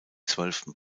zwölften